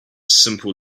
simple